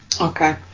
Okay